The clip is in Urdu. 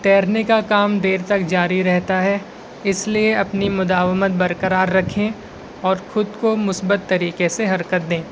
تیرنے کا کام دیر تک جاری رہتا ہے اس لیے اپنی برقرار رکھیں اور خود کو مثبت طریقے سے حرکت دیں